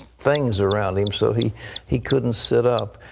things around him, so he he couldn't sit up.